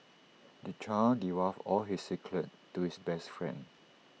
the child divulged all his secrets to his best friend